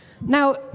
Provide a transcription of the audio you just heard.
Now